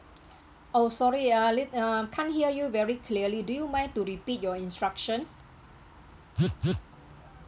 oh sorry ah lit~ uh I can't hear you very clearly do you mind to repeat your instruction